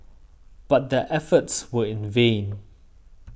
but their efforts were in vain